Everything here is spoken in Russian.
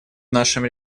нашем